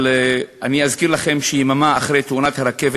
אבל אני אזכיר לכם שיממה אחרי תאונת הרכבת